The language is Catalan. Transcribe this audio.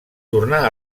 tornar